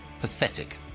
Pathetic